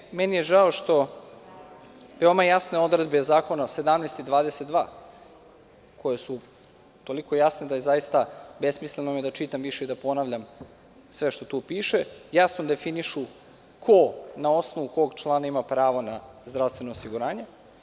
Dakle, meni je žao što veoma jasne odredbe zakona 17. i 22, koje su toliko jasne da je zaista besmisleno da ovo čitam više i da ponavljam sve što tu piše, jasno definišu ko na osnovu kog člana ima pravo na zdravstveno osiguranje.